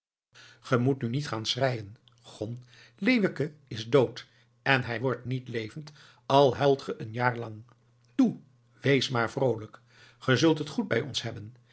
ge moet nu niet gaan schreien gon leeuwke is dood en hij wordt niet levend al huilt ge een jaar lang toe wees maar vroolijk ge zult het goed bij ons hebben